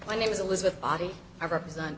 my name is elizabeth body i represent